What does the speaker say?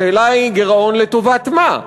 השאלה היא, גירעון לטובת מה?